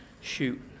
shoot